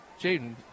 Jaden